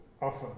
often